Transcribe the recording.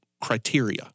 criteria